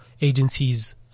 agencies